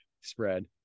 spread